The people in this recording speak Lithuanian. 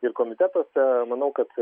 ir komitetuose manau kad